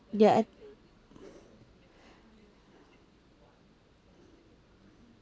ya I